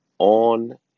On